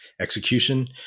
execution